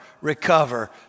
recover